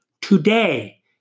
today